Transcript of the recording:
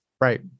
right